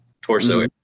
torso